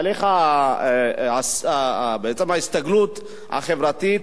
בעצם ההסתגלות החברתית,